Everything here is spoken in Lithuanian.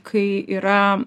kai yra